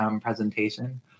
presentation